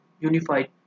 unified